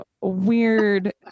weird